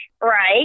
right